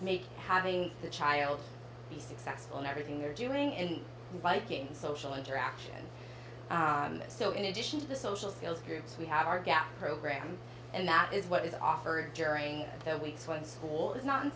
make having the child be successful in everything they're doing in biking social interaction so in addition to the social skills groups we have our gap program and that is what is offered during the weeks when school is not in